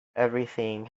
everything